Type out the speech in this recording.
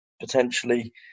potentially